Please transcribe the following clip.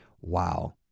wow